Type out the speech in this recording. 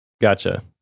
Gotcha